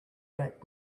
back